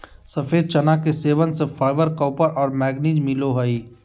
सफ़ेद चना के सेवन से फाइबर, कॉपर और मैंगनीज मिलो हइ